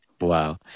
Wow